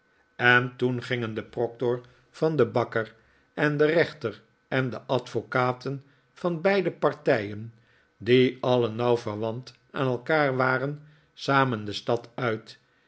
en toen gingen de proctor van den bakker en de rechter en de advocaten van beide partijen die alien nauw verwant aan elkaar waren samen de stad uit